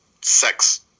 Sex